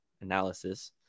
analysis